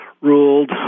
ruled